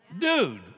Dude